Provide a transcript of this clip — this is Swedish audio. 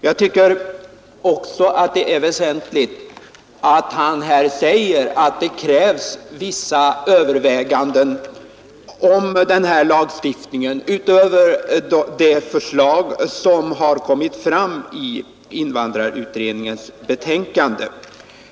Det är också väsentligt att inrikesministern säger att det krävs vissa överväganden om lagstiftningen utöver de förslag som har kommit fram i invandrarutredningens betänkande.